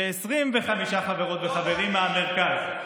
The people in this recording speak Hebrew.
ו-25 חברות וחברים מהמרכז.